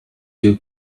you